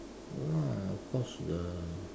no lah of course the